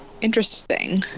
interesting